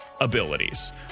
abilities